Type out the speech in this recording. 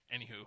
Anywho